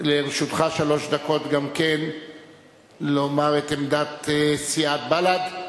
לרשותך שלוש דקות גם כן לומר את עמדת סיעת בל"ד.